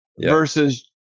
versus